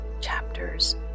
chapters